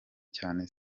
cyane